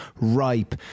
ripe